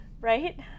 Right